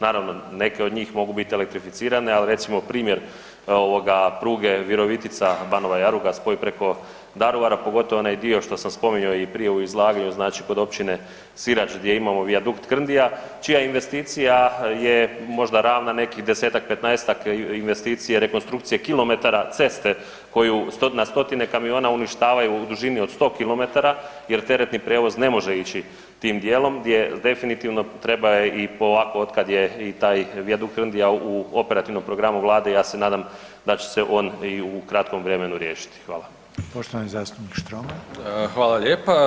Naravno, neke od njih mogu bit elektrificirane, al recimo primjer ovoga pruge Virovitica-Banova Jaruga spoj preko Daruvara pogotovo onaj dio što sam spominjao i prije u izlaganju znači kod općine Sirač gdje imamo vijadukt „Krndija“ čija investicija je možda ravna nekih 10-tak-15-tak investicije rekonstrukcije kilometara ceste koju na stotine kamiona uništavaju na dužini od 100 km jer teretni prijevoz ne može ići tim dijelom gdje definitivno treba je i polako otkad je i taj vijadukt „Krndija“ u operativnom programu vlade ja se nadam da će se on i u kratkom vremenu riješiti.